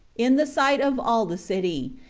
in the sight of all the city,